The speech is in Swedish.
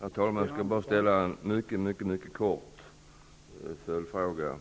Herr talman! Jag skall bara ställa en mycket kort följdfråga.